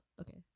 okay